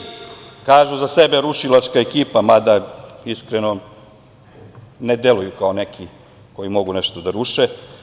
Za sebe kažu da su rušilačka ekipa, mada, iskreno, ne deluju kao neki koji mogu nešto da ruše.